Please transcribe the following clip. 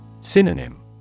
Synonym